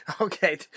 Okay